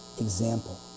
example